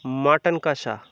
mutton কষা